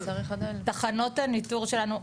תחנות הניטור שלנו,